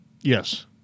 Yes